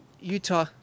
Utah